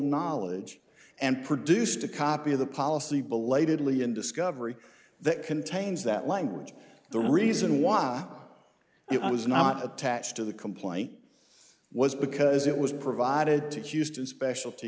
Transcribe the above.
knowledge and produced a copy of the policy belatedly in discovery that contains that language the reason why it was not attached to the complaint was because it was provided to houston specialty